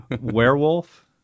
Werewolf